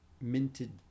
minted